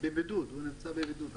טיבי נמצא בבידוד עכשיו.